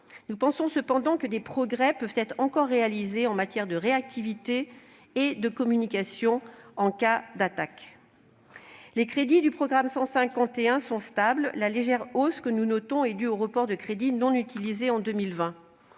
Nous pensons néanmoins que des progrès peuvent encore être réalisés en matière de réactivité et de communication en cas d'attaque. Les crédits du programme 151 sont stables. La légère hausse que l'on peut observer est due au report de crédits non utilisés en 2020.